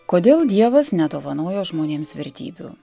kodėl dievas nedovanojo žmonėms vertybių